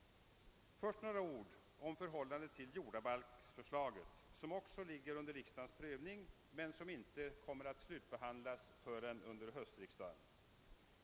Först några ord om detta förslags förhållande till jordabalksförslaget, som också är under riksdagens prövning men som inte kommer att slutbehandlas förrän under höstriksdagen.